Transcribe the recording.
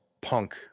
punk